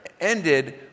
ended